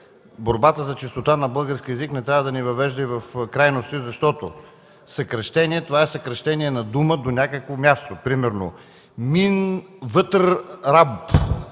Борбата за чистота на българския език не трябва да ни въвежда в крайности, защото „съкращение” е съкращение на дума до някакво място, например „мин. вътр.